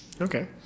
Okay